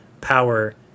power